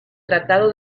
tratado